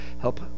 help